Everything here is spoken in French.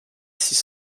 six